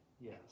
Yes